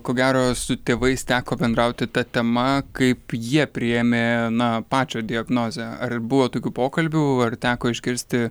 ko gero su tėvais teko bendrauti ta tema kaip jie priėmė na pačio diagnozę ar buvo tokių pokalbių ar teko išgirsti